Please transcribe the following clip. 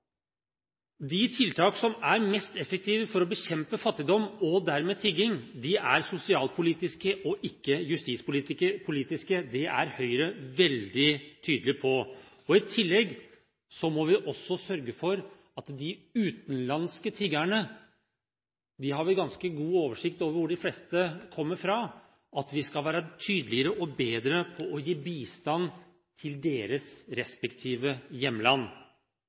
De tiltak som er mest effektive for å bekjempe fattigdom, og dermed tigging, er sosialpolitiske, og ikke justispolitiske, det er Høyre veldig tydelig på. I tillegg må vi sørge for at når det gjelder de utenlandske tiggerne – og vi har ganske god oversikt over hvor de fleste kommer fra – skal vi være tydeligere og bedre på å gi bistand til deres respektive hjemland.